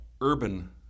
urban